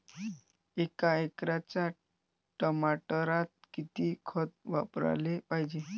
एका एकराच्या टमाटरात किती खत वापराले पायजे?